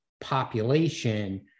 population